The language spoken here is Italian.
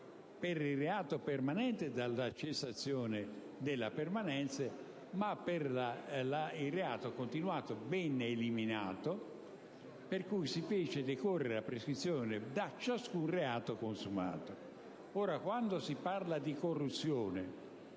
per il reato permanente dal giorno in cui veniva a cessare la permanenza, ma il reato continuato venne eliminato, per cui si fece decorrere la prescrizione da ciascun reato consumato. Ora, quando si parla di corruzione